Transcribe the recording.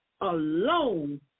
alone